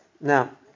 Now